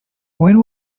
when